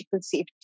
safety